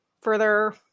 further